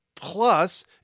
Plus